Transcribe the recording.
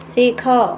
ଶିଖ